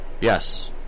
Yes